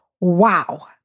wow